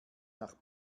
nach